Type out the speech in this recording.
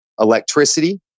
electricity